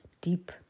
deep